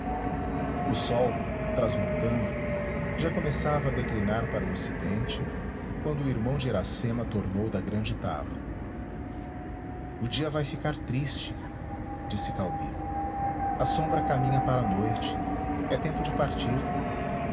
o sol transmontando já começava a declinar para o ocidente quando o irmão de iracema tornou da grande taba o dia vai ficar triste disse caubi a sombra caminha para a noite é tempo de partir